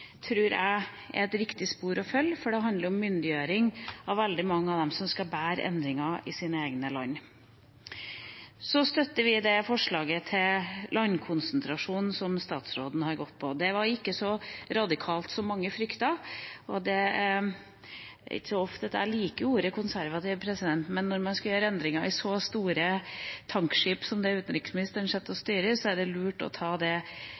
tror jeg er et riktig spor å følge, for det handler om myndiggjøring av veldig mange av dem som skal bære endringene i sine egne land. Så støtter vi det forslaget til landkonsentrasjon som statsråden har gått for. Det var ikke så radikalt som mange fryktet. Det er ikke ofte jeg liker ordet «konservativ», men når man skal gjøre endringer med så store tankskip som det utenriksministeren sitter og styrer, er det lurt å ta det